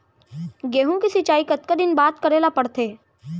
गेहूँ के सिंचाई कतका दिन बाद करे ला पड़थे?